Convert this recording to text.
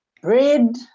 bread